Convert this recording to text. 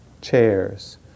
chairs